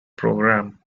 program